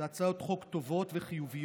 אלו הצעות חוק טובות וחיוביות,